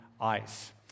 ice